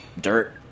dirt